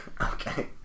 Okay